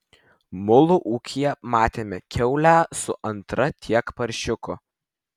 mulu ūkyje matėme kiaulę su antra tiek paršiukų